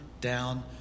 down